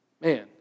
Man